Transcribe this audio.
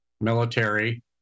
military